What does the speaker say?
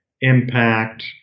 impact